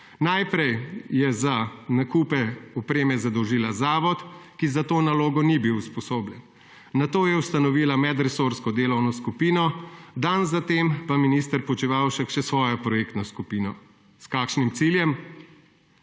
Najprej je za nakupe opreme zadolžila zavod, ki za to nalogo ni bil usposobljen. Nato je ustanovila medresorsko delovno skupino, dan zatem pa minister Počivalšek še svojo projektno skupino. S kakšnim ciljem?